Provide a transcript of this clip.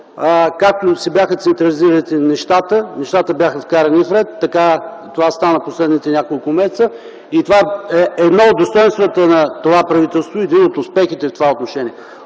както се бяха централизирали нещата, нещата бяха вкарани в ред, това стана последните няколко месеца. И това е едно от достойнствата на това правителство, един от успехите в това отношение.